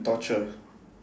torture